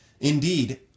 Indeed